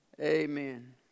Amen